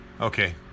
Okay